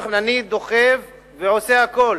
אני דוחף ועושה הכול